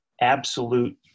absolute